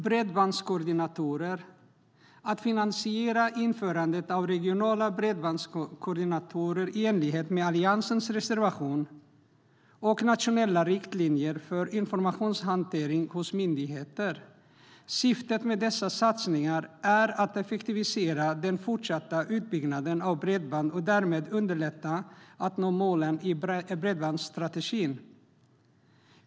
Det är också viktigt att finansiera införandet av regionala bredbandskoordinatorer i enlighet med Alliansens reservation samt nationella riktlinjer för informationshantering hos myndigheter. Syftet med dessa satsningar är att effektivisera den fortsatta utbyggnaden av bredband och därmed underlätta att nå målen i bredbandsstrategin.